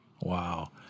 Wow